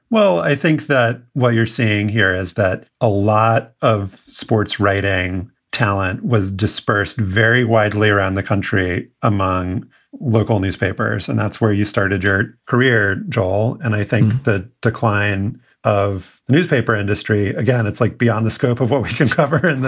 well, i think that what you're seeing here is that a lot of sports writing talent was dispersed very widely around the country among local newspapers. and that's where you started your career. joel and i think the decline of the newspaper industry, again, it's like beyond the scope of what we can cover in this